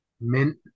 mint